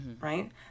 right